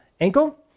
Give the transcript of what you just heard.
ankle